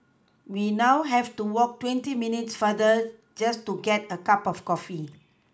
we now have to walk twenty minutes farther just to get a cup of coffee